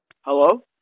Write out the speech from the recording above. Hello